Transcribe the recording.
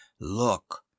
look